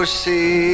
see